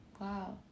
wow